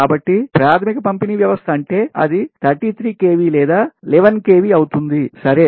కాబట్టి ప్రాధమిక పంపిణీ వ్యవస్థ అంటే అది 33 kV లేదా 11 kV అవుతుంది సరే